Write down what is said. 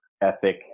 ethic